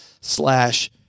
slash